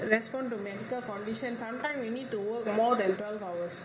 respond to medical foundation sometime you need to work more than twelve hours